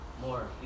more